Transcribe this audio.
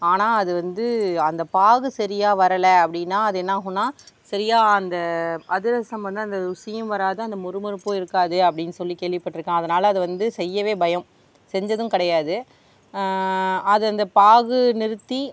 ஆனால் அது வந்து அந்த பாகு சரியாக வரலை அப்படினா அது என்ன ஆகுன்னா சரியாக அந்த அதிரஸம் வந்து அந்த ருசியும் வராது அந்த மொறுமொறுப்பும் இருக்காது அப்படின் சொல்லி கேள்வி பட்ருக்கேன் அதனால் அது வந்து செய்யவே பயம் செஞ்சதும் கிடையாது அது அந்த பாகு நிறுத்தி